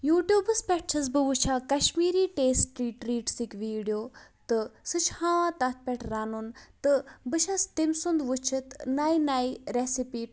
یوٗٹوٗبَس پٮ۪ٹھ چھس بہٕ وٕچھان کَشمیٖری ٹیسٹی ٹرٛیٖٹسٕکۍ ویٖڈیو تہٕ سُہ چھِ ہاوان تَتھ پٮ۪ٹھ رَنُن تہٕ بہٕ چھس تٔمۍ سُنٛد وٕچھِتھ نٔے نٔے ریسِپی